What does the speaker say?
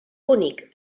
bonic